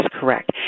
correct